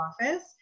office